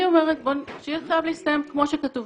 אני אומרת, שיהיה חייב להסתיים כמו שכתוב